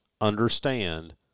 understand